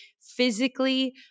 physically